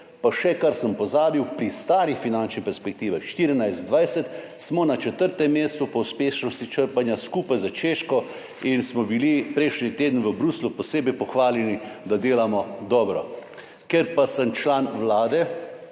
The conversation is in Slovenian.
nekaj, kar sem pozabil, pri stari finančni perspektivi 2014–2020 smo na četrtem mestu po uspešnosti črpanja, skupaj s Češko, in smo bili prejšnji teden v Bruslju posebej pohvaljeni, da delamo dobro. Ker pa sem član Vlade,